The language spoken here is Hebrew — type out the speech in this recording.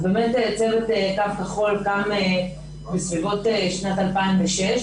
צוות קו כחול קם בסביבות שנת 2006,